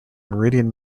meridian